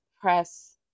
press